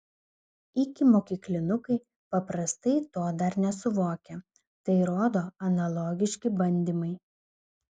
ikimokyklinukai paprastai to dar nesuvokia tai rodo analogiški bandymai